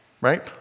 right